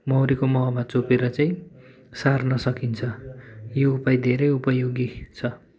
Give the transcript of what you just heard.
मौरीको महमा चोबेर चाहिँ सार्न सकिन्छ यो उपाय धेरै उपयोगी छ